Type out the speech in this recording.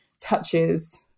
touches